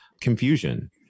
confusion